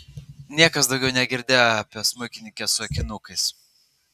niekas daugiau negirdėjo apie smuikininkę su akinukais